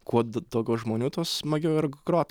kuo d daugiau žmonių tuo smagiau ir grot